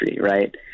right